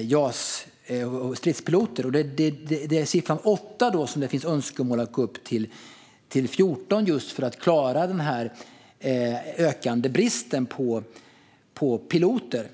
JAS och stridspiloter. Det är alltså dessa 8 som det finns önskemål om att öka till 14 för att klara den ökande bristen på piloter.